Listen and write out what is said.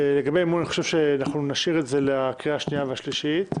המימון, נשאיר את זה לקריאה השנייה והשלישית.